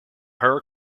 her